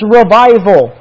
revival